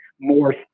more